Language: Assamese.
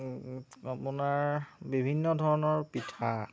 আপোনাৰ বিভিন্ন ধৰণৰ পিঠা